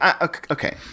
Okay